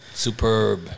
Superb